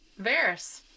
Varys